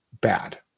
bad